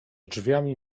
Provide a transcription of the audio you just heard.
drzwiami